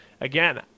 again